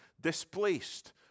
displaced